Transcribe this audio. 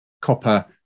copper